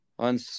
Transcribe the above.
On